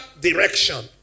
direction